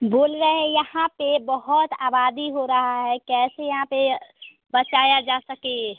बोल रहें यहाँ पर बहुत आबादी हो रही है कैसे यहाँ पर बचाया जा सके